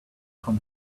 from